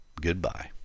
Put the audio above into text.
goodbye